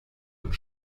und